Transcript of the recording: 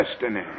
destiny